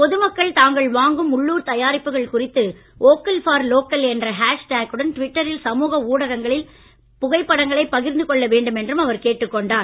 பொதுமக்கள் தாங்கள் வாங்கும் உள்ளூர் தயாரிப்புகள் குறித்து வோக்கல் ஃபார் லோக்கல் என்ற ஹேஷ் டாகுடன் ட்விட்டரில் சமூக ஊடகங்களில் புகைப்படங்களைப் பகிர்ந்து கொள்ள வேண்டும் என்றும் அவர் கேட்டுக் கொண்டார்